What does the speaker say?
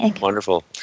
Wonderful